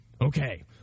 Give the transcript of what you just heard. Okay